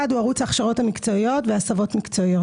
הוא ערוץ ההכשרות המקצועיות וההסבות המקצועיות.